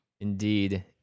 Indeed